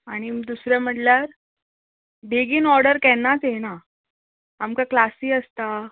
आनी दुसरें म्हणल्यार बेगीन ऑर्डर केन्नाच येना आमकां क्लासी आसता